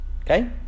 okay